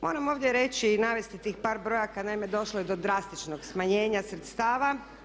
Moram ovdje reći i navesti tih par brojaka, naime došlo je do drastičnog smanjenja sredstava.